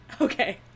Okay